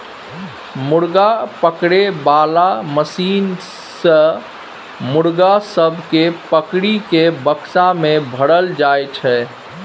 मुर्गा पकड़े बाला मशीन सँ मुर्गा सब केँ पकड़ि केँ बक्सा मे भरल जाई छै